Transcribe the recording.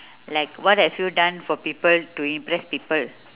like what have you done for people to impress people